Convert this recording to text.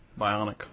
bionic